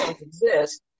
exist